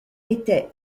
était